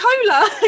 cola